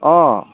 অঁ